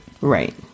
Right